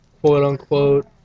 quote-unquote